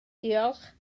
diolch